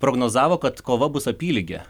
prognozavo kad kova bus apylygė